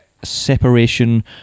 separation